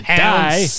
die